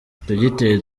dogiteri